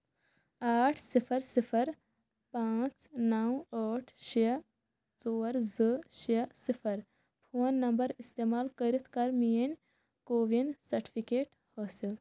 ٲٹھ صِفَر صِفَر پانٛژھ نَو ٲٹھ شےٚ ژور زٕ شےٚ صِفَر فون نمبر استعمال کٔرِتھ کر میٲنۍ کو وِن سرٹِفکیٹ حٲصِل